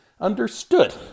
understood